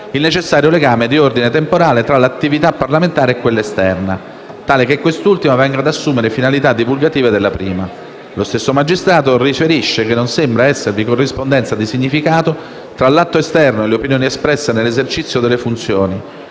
il necessario legame di ordine temporale tra l'attività parlamentare e quella esterna, tale che quest'ultima venga ad assumere finalità divulgative della prima. Lo stesso magistrato riferisce che non sembra esservi corrispondenza di significato tra l'atto esterno e le opinioni espresse nell'esercizio delle funzioni,